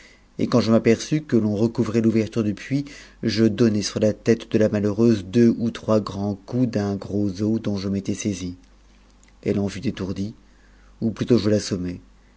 et quand je m'aperçus que l'on recouvrait l'ouverture du puits je donnai sur la tête de la malheureuse deux ou trois grands coups d'un gros os dont je m'étais saisi elle en fut étourdie ou piuiôt je l'assommai et